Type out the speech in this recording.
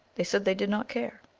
they said they did not care.